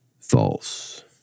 false